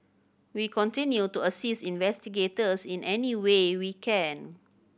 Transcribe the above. we continue to assist investigators in any way we can